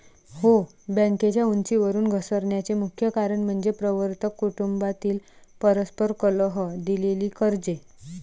हो, बँकेच्या उंचीवरून घसरण्याचे मुख्य कारण म्हणजे प्रवर्तक कुटुंबातील परस्पर कलह, दिलेली कर्जे